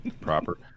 proper